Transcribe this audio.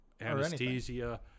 anesthesia